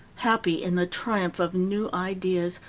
happy in the triumph of new ideas,